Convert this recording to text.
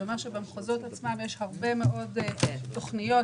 זה אומר שבמחוזות יש הרבה תוכניות.